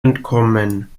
entkommen